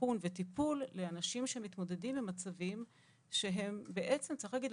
אבחון וטיפול לאנשים שמתמודדים עם מצבים כשהם בעצם צריך להגיד,